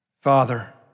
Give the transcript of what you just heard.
Father